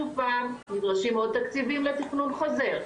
שוב פעם נדרשים עוד תקציבים לתכנון חוזר,